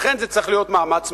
לכן, זה צריך להיות מאמץ משותף.